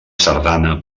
sardana